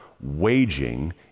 waging